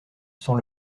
sans